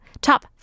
Top